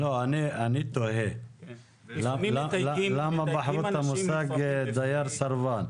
אני תוהה למה בחרו את המושג דייר סרבן?